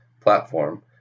platform